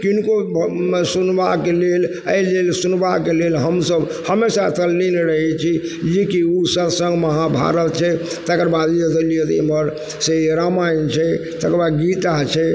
किनको सुनबाके लेल अइ लेल सुनबाके लेल हमसब हमेशा तल्लीन रहय छी जे कि ओ सतसङ्ग वहाँ भऽ रहल छै तकरबादसँ लिअ तऽ एमहरसँ रामायण छै तकरबाद गीता छै